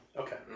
Okay